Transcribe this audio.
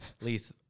Leith